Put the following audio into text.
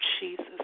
Jesus